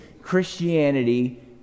Christianity